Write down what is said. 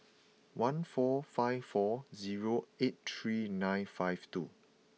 one four five four zero eight three nine five two